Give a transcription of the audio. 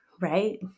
right